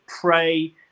pray